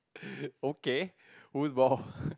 okay whose ball